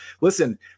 Listen